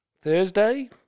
Thursday